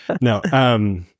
No